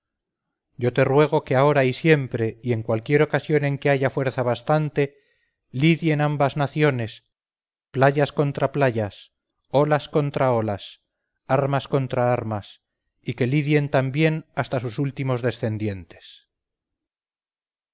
yo te ruego que ahora y siempre y en cualquier ocasión en que haya fuerza bastante lidien ambas naciones playas contra playas olas contra olas armas contra armas y que lidien también hasta sus últimos descendientes